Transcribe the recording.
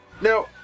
Now